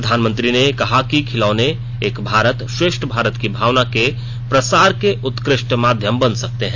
प्रधानमंत्री ने कहा कि खिलौर्न एक भारत श्रेष्ठ भारत की भावना के प्रसार के उत्कृष्ट माध्यम बन सकते हैं